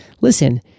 listen